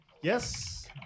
Yes